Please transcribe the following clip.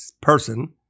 person